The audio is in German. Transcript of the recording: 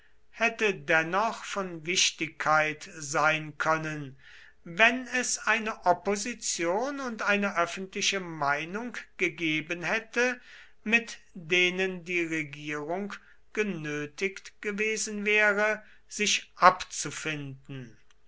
hätte dennoch von wichtigkeit sein können wenn es eine opposition und eine öffentliche meinung gegeben hätte mit denen die regierung genötigt gewesen wäre sich abzufinden